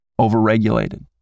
overregulated